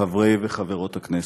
חברי וחברות הכנסת,